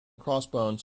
crossbones